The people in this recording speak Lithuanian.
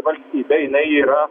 valstybė jinai yra